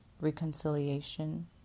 Reconciliation